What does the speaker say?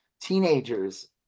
teenagers